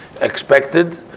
expected